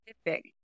specific